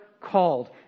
called